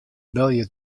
belje